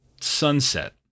sunset